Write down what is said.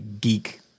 geek